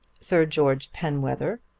sir george penwether,